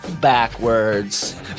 backwards